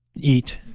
eat.